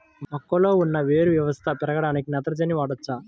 మొక్కలో ఉన్న వేరు వ్యవస్థ పెరగడానికి నత్రజని వాడవచ్చా?